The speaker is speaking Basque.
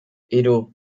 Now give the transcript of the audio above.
hiru